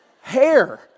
hair